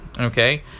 okay